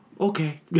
okay